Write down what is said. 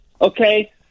Okay